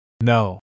No